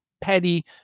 petty